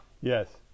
Yes